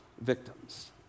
victims